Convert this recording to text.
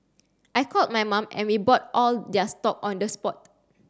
I called my mum and we bought all their stock on the spot